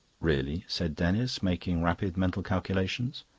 really, said denis, making rapid mental calculations.